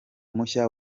mushya